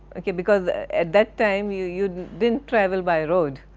ok because at that time, you you didn't travel by road.